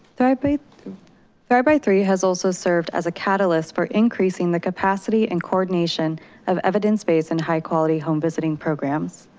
thrive by thrive by three has also served as a catalyst for increasing the capacity and coordination of evidence based and high quality home visiting programs.